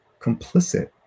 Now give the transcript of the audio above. complicit